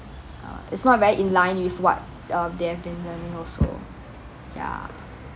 uh is not very in line with what uh they've been learning also ya